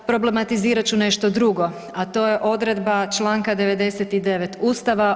Problematizirati ću nešto drugo, a to je odredba čl. 99 Ustava.